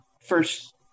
first